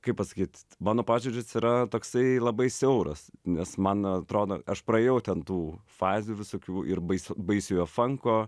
kaip pasakyt mano požiūris yra toksai labai siauras nes man atrodo aš praėjau ten tų fazių visokių ir bais baisiojo fanko